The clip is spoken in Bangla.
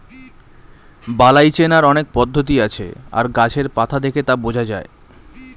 বালাই চেনার অনেক পদ্ধতি আছে আর গাছের পাতা দেখে তা বোঝা যায়